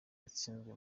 yatsinzwe